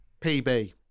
pb